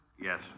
Yes